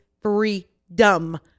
freedom